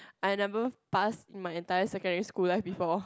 I never pass in my entire secondary school life before